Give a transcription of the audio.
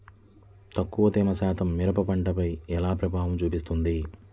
తక్కువ తేమ శాతం మిరప పంటపై ఎలా ప్రభావం చూపిస్తుంది?